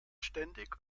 ständig